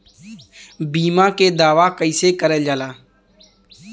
बीमा के दावा कैसे करल जाला?